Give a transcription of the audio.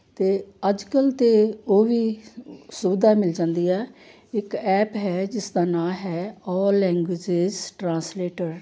ਅਤੇ ਅੱਜ ਕੱਲ੍ਹ ਤਾਂ ਉਹ ਵੀ ਸੁਵਿਧਾ ਮਿਲ ਜਾਂਦੀ ਹੈ ਇੱਕ ਐਪ ਹੈ ਜਿਸਦਾ ਨਾਂ ਹੈ ਔਲ ਲੈਂਗੁਏਜਸ ਟਰਾਂਸਲੇਟਰ